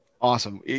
Awesome